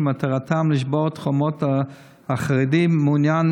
שמטרתם לשבור את החומות שהציבור החרדי מעוניין